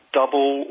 double